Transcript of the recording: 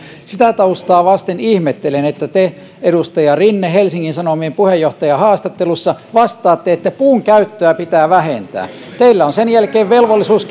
sitä taustaa vasten ihmettelen että te edustaja rinne helsingin sanomien puheenjohtajahaastattelussa vastaatte että puun käyttöä pitää vähentää teillä on sen jälkeen velvollisuus